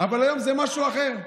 אבל היום זה משהו אחר.